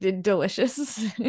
Delicious